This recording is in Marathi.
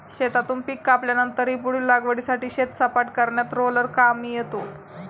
शेतातून पीक कापल्यानंतरही पुढील लागवडीसाठी शेत सपाट करण्यात रोलर कामी येतो